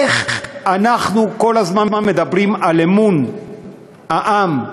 איך אנחנו כל הזמן מדברים על אמון העם בכנסת,